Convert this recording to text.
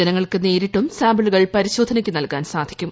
ജനങ്ങൾക്ക് നേരിട്ടും പ്രസ്മ്പിളുകൾ പരിശോധനയ്ക്ക് നൽകാൻ സാധിക്കും